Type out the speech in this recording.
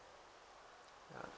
ya